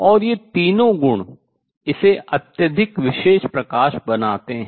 और ये तीनों गुण इसे अत्यधिक विशेष प्रकाश बनाते हैं